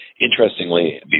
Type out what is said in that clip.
Interestingly